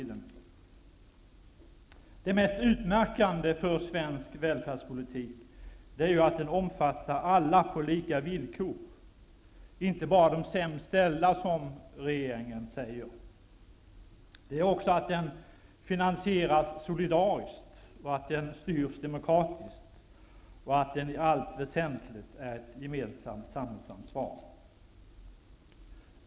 Det mest utmärkande för svensk välfärdspolitik är att den omfattar alla på lika villkor och inte bara de sämst ställda, som regeringen säger. Det är också att den finansieras solidariskt och att den styrs demokratiskt. Den är i allt väsentligt ett gemensamt samhällsansvar.